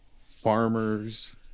farmer's